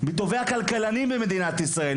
מטובי הכלכלנים במדינת ישראל,